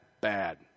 bad